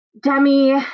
Demi